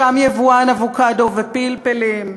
שם יבואן אבוקדו ופלפלים,